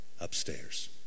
upstairs